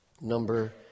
number